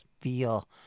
feel